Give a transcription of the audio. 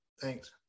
Thanks